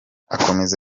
akomeza